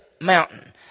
mountain